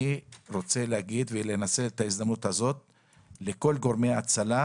אני רוצה לנצל את ההזדמנות הזאת כדי להגיד לכל גורמי ההצלה